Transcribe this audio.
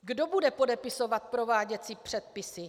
Kdo bude podepisovat prováděcí předpisy?